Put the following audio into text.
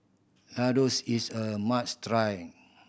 ladoos is a must try